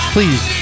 Please